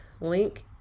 Link